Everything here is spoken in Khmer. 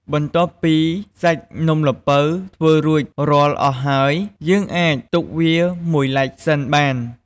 បន្ទាប់ពីសាច់នំល្ពៅធ្វើរួចរាល់អស់ហើយ យើងអាចទុកវាមួយឡែកសិនបាន។